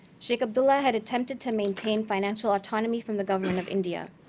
sheikh abdullah had attempted to maintain financial autonomy from the government of india,